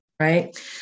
Right